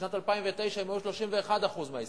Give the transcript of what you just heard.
בשנת 2009 הם היו 31% מהעסקאות.